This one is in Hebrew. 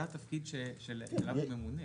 זה התפקיד שעליו הוא ממונה.